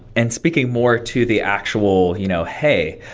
and speaking more to the actual, you know hey,